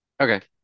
okay